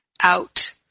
out